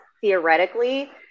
theoretically